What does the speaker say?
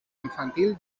infantil